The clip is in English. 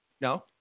No